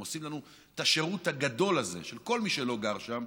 והם עושים לנו את השירות הגדול הזה של כל מי שלא גר שם,